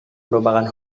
merupakan